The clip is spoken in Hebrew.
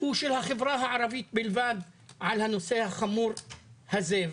הוא של החברה הערבית בלבד בנושא החמור הזה.